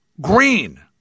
green